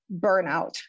burnout